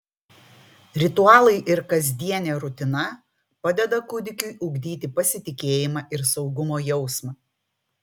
ritualai ir kasdienė rutina padeda kūdikiui ugdyti pasitikėjimą ir saugumo jausmą